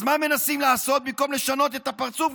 אז מה מנסים לעשות במקום לשנות את הפרצוף?